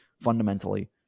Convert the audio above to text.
fundamentally